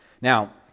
Now